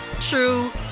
true